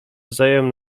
wzajem